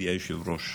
אדוני היושב-ראש,